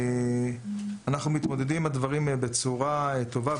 אנחנו מתמודדים עם הדברים בצורה טובה,